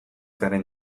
garen